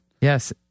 Yes